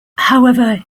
however